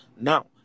Now